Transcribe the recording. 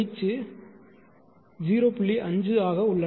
5 ஆக உள்ளன